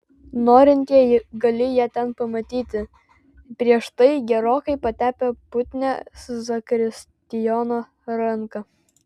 norintieji gali ją ten pamatyti prieš tai gerokai patepę putnią zakristijono ranką